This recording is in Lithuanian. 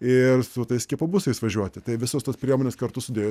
ir su tais skiepobusais važiuoti tai visos tos priemonės kartu sudėjus